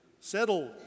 Settle